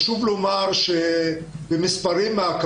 חשוב לומר שאנחנו מניחים שיש פי שתיים